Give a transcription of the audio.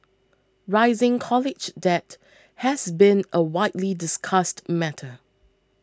rising college debt has been a widely discussed matter